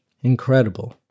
Incredible